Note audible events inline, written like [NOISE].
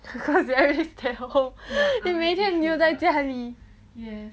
[LAUGHS] very tale imagine 你又在家里